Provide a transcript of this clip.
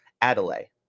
Adelaide